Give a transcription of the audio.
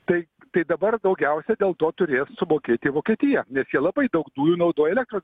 tai tai dabar daugiausia dėl to turės sumokėti vokietija nes jie labai daug dujų naudoja elektros